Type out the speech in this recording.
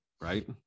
right